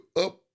up